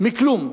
מכלום,